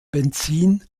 benzin